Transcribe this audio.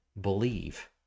believe